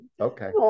okay